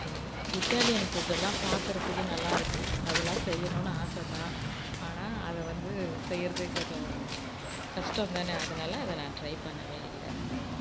Italian ஃபுட்டலாம் பார்க்குறதுக்கு நல்லாயிருக்கு அதுலாம் செய்யணும்னு ஆசைதான் ஆனால் அதை வந்து செய்கிறதுக்கு கொஞ்சம் கஷ்டந்தானே அதனால் அதை நான் ட்ரை பண்ணவே இல்லை